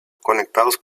conectados